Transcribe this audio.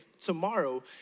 tomorrow